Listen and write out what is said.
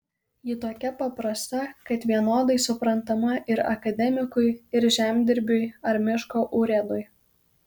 ji tokia paprasta kad vienodai suprantama ir akademikui ir žemdirbiui ar miško urėdui